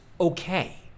okay